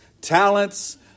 talents